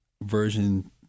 version